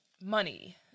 money